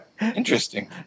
Interesting